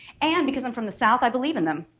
and because i'm from the south i believe in them